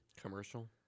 Commercial